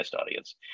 audience